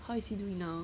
how is he doing now